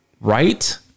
Right